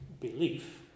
belief